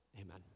amen